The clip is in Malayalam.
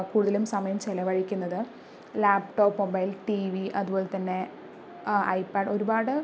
കൂടുതലും സമയം ചിലവഴിക്കുന്നത് ലാപ്ടോപ് മൊബൈല് ടിവി അതുപോലെതന്നെ ഐപാഡ് ഒരുപാട്